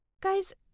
Guys